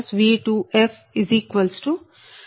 4697j0